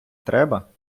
треба